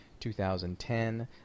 2010